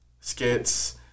skits